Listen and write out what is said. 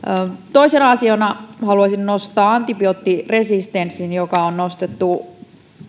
toisena asiana haluaisin nostaa antibioottiresistenssin joka on nostettu eussa